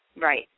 right